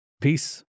Peace